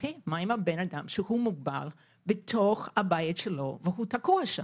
מה עם האדם שמוגבל בתוך הבית שלו ותקוע שם?